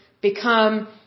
become